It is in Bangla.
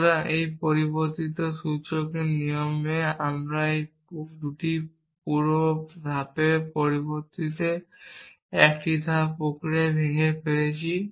সুতরাং এই পরিবর্তিত সূচকের নিয়মে এই পুরো 2 ধাপের প্রক্রিয়াটি এক ধাপ প্রক্রিয়ায় ভেঙে পড়েছে